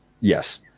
yes